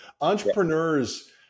entrepreneurs